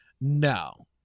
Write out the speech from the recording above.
No